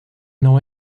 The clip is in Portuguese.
não